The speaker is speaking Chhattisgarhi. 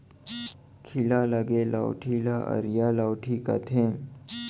खीला लगे लउठी ल अरिया लउठी कथें